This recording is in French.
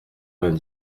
vingt